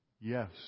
Yes